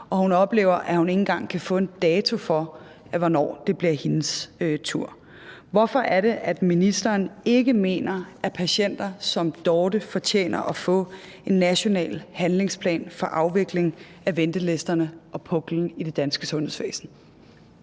og hun oplever, at hun ikke engang kan få en dato for, hvornår det bliver hendes tur. Hvorfor er det, at ministeren ikke mener, at patienter som Dorthe fortjener at få en national handlingsplan for afvikling af ventelisterne og puklen i det danske sundhedsvæsen?